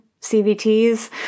CVTs